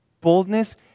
Boldness